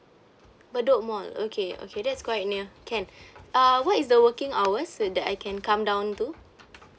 bedok mall okay okay that's quite near can uh what is the working hours so that I can come down to